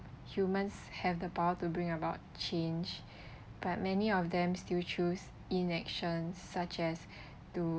humans have the power to bring about change but many of them still choose inaction such as to